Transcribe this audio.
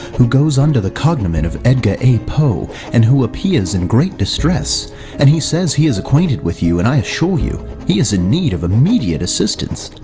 who goes under cognomen cognomen of edgar a. poe and who appears in great distress and he says he is acquainted with you and i assure you, he is need of immediate assistance,